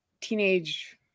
teenage